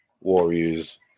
Warriors